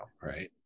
Right